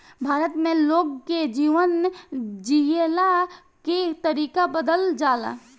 भारत में लोग के जीवन जियला के तरीका बदलल जाला